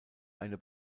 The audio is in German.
eine